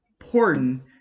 important